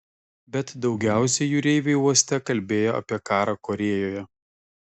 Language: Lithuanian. bet daugiausiai jūreiviai uoste kalbėjo apie karą korėjoje